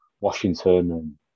Washington